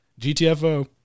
gtfo